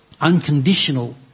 unconditional